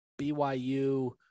BYU